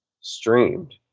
streamed